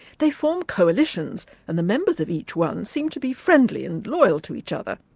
they form coalitions and the members of each one seem to be friendly and loyal to each other.